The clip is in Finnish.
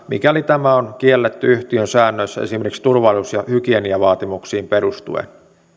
mikäli tämä on kielletty yhtiön säännöissä esimerkiksi turvallisuus ja hygieniavaatimuksiin perustuen